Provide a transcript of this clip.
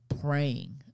praying